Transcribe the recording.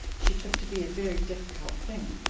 she took to be a very difficult thing,